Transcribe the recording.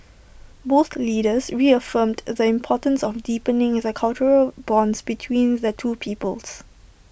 both leaders reaffirmed the importance of deepening the cultural bonds between the two peoples